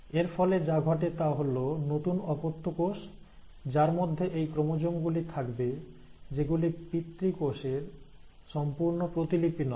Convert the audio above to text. এর ফলে যা ঘটে তা হল নতুন অপত্য কোষ যার মধ্যে এই ক্রোমোজোম গুলি থাকবে যেগুলি পিতৃ কোষের সম্পূর্ণ প্রতিলিপি নয়